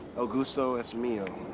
el gusto es mio,